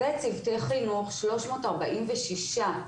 וצוותי חינוך שלוש מאות ארבעים ושישה,